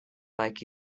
like